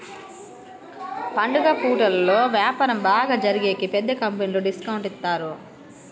పండుగ పూటలలో వ్యాపారం బాగా జరిగేకి పెద్ద కంపెనీలు డిస్కౌంట్ ఇత్తారు